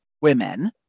women